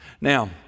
Now